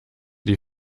die